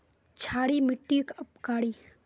क्षारी मिट्टी उपकारी?